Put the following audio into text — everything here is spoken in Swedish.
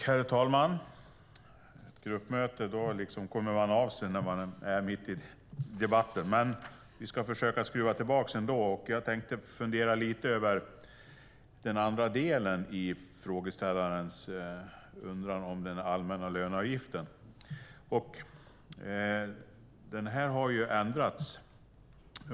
Herr talman! Jag funderar lite över den andra delen i interpellationen om den allmänna löneavgiften. Den har ju ändrats.